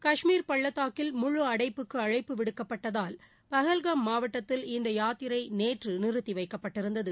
காஷ்மீர் பள்ளத்தாக்கில் முழு அடைப்புக்கு அழைப்பு விடுக்கப்பட்டதால் பஹல்காம் மாவட்டத்தில் இந்த யாத்திரை நேற்று நிறுத்தி வைக்கப்பட்டிருந்தது